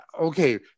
okay